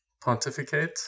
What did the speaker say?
pontificate